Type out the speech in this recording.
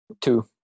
Two